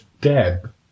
Deb